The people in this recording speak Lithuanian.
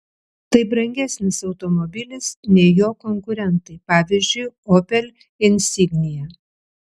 tai brangesnis automobilis nei jo konkurentai pavyzdžiui opel insignia